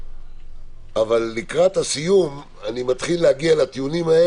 אבל לקראת הסיום אני מתחיל להגיע לטיעונים,